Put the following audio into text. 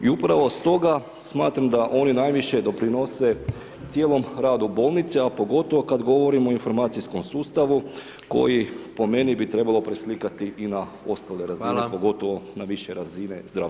I upravo stoga smatram da oni najviše doprinose cijelom radu bolnice a pogotovo kada govorimo o informacijskom sustavu koji po meni bi trebalo preslikati i na ostale razine, pogotovo na više razine zdravstva.